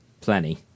Plenty